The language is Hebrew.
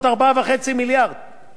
הם משחקים אתי על מיליון שקל.